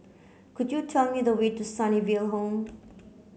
could you tell me the way to Sunnyville Home